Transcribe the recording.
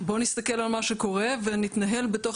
בוא נסתכל על מה שקורה ונתנהל בתוך